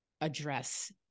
address